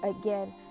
again